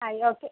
ആയി ഓക്കെ